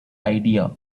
idea